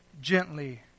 gently